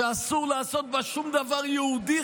שאסור לעשות בה שום דבר יהודי,